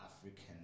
African